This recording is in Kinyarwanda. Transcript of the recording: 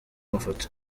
mafoto